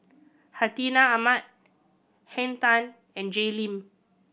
Hartinah Ahmad Henn Tan and Jay Lim